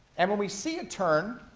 and when we see a turn,